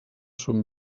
són